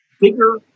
bigger